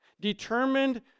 determined